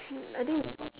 I think